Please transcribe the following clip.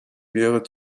wäre